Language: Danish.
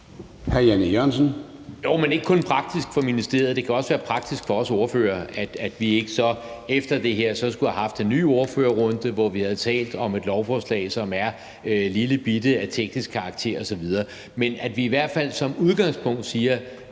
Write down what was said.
Jan E. Jørgensen (V): Jo, men ikke kun praktisk for ministeriet, det kan også være praktisk for os ordførere, at vi ikke efter det her så skulle have haft en ny ordførerrunde, hvor vi havde talt om et lovforslag, som er lillebitte, af teknisk karakter osv., men at vi i hvert fald som udgangspunkt siger,